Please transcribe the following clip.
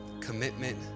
commitment